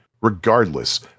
Regardless